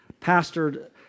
pastored